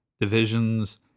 divisions